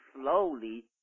slowly